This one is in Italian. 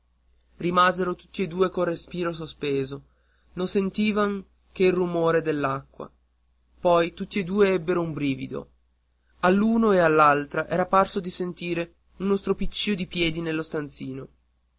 rimasero tutti e due col respiro sospeso non sentivan che il rumore dell'acqua poi tutti e due ebbero un brivido all'uno e all'altra era parso di sentire uno stropiccìo di piedi nello stanzino